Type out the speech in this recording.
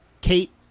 Kate